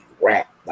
rap